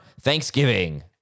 Thanksgiving